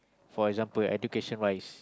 for example education wise